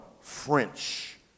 French